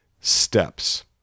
steps